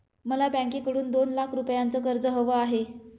मला बँकेकडून दोन लाख रुपयांचं कर्ज हवं आहे